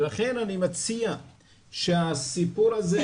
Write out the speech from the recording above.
ולכן, אני מציע שהסיפור הזה